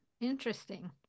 Interesting